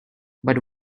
but